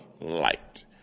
light